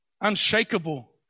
unshakable